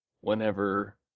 whenever